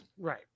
Right